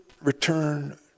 return